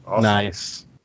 Nice